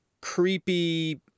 creepy